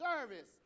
service